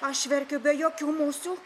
aš verkiu be jokių musių